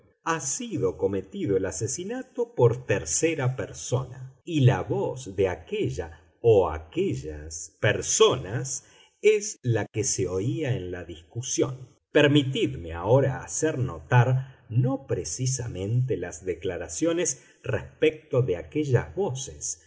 ha sido cometido el asesinato por tercera persona y la voz de aquella o aquellas personas es la que se oía en la discusión permitidme ahora hacer notar no precisamente las declaraciones respecto de aquellas voces